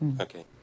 Okay